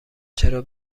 چرا